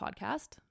podcast